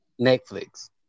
Netflix